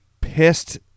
pissed